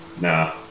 Nah